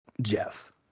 Jeff